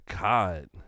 god